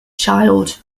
child